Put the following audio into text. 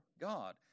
God